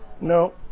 No